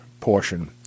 portion